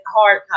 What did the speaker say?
hard